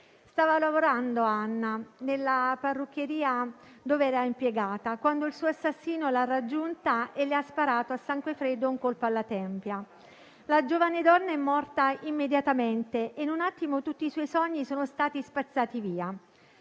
Stava lavorando Anna, nella parrucchieria dove era impiegata, quando il suo assassino l'ha raggiunta e le ha sparato a sangue freddo un colpo alla tempia. La giovane donna è morta immediatamente e in un attimo tutti i suoi sogni sono stati spazzati via.